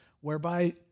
whereby